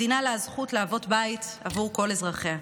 מדינה שלה הזכות להוות בית עבור כל אזרחיה,